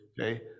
okay